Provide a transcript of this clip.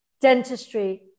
dentistry